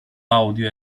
audio